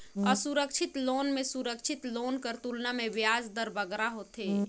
असुरक्छित लोन में सुरक्छित लोन कर तुलना में बियाज दर बगरा होथे